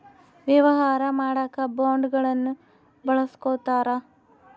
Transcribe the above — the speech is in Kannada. ವ್ಯವಹಾರ ಮಾಡಕ ಬಂಡವಾಳನ್ನ ಬಳಸ್ಕೊತಾರ